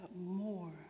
more